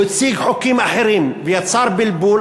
הוא הציג חוקים אחרים ויצר בלבול.